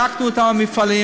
בדקנו את המפעלים,